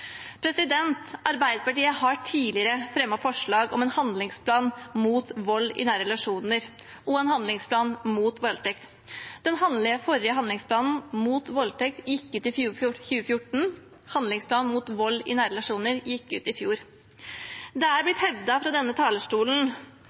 Arbeiderpartiet har tidligere fremmet forslag om en handlingsplan mot vold i nære relasjoner og en handlingsplan mot voldtekt. Den forrige handlingsplanen mot voldtekt gikk ut i 2014. Handlingsplanen mot vold i nære relasjoner gikk ut i fjor. Det er